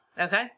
Okay